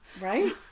Right